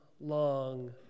Long